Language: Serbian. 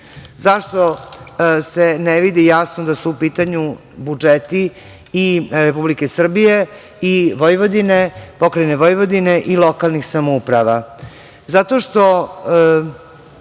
se ne vidi jasno da su u pitanju budžeti Republike Srbije, Vojvodine, pokrajine Vojvodine i lokalnih samouprava?